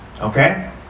okay